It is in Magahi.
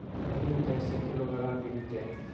पनिर कैसे किलोग्राम विकतै?